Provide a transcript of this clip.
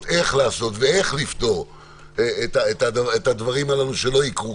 איך לעשות ואיך לפתור את הדברים הללו שלא יקרו,